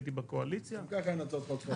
כשהייתי בקואליציה --- גם ככה אין הצעות חוק פרטיות.